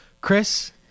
Chris